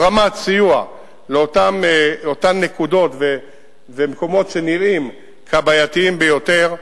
תוך כדי הזרמת סיוע לאותם נקודות ומקומות שנראים כבעייתיים ביותר.